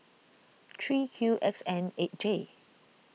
three Q X N eight J